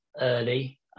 early